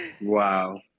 Wow